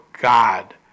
God